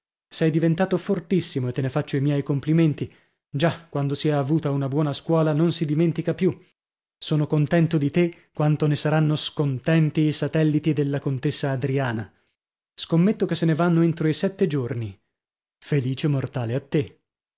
sei diventato fortissimo e te ne faccio i miei complimenti già quando si è avuta una buona scuola non si dimentica più sono contento di te quanto ne saranno scontenti i satelliti della contessa adriana scommetto che se ne vanno entro i sette giorni felice mortale a te